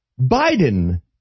Biden